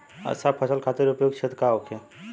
अच्छा फसल खातिर उपयुक्त क्षेत्र का होखे?